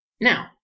Now